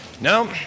No